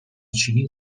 چینی